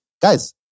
guys